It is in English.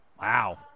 wow